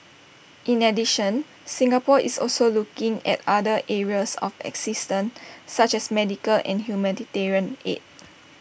in addition Singapore is also looking at other areas of assistance such as medical and humanitarian aid